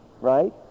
right